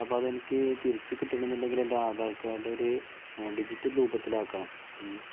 അപ്പം അതെനിക്ക് തിരിച്ചു കിട്ടണമെന്നുണ്ടെങ്കിൽ എൻ്റെ ആധാർ കാർഡ് ഡിജിറ്റൽ രൂപത്തിലാക്കണം